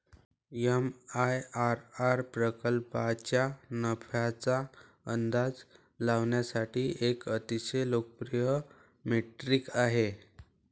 MIRR प्रकल्पाच्या नफ्याचा अंदाज लावण्यासाठी एक अतिशय लोकप्रिय मेट्रिक आहे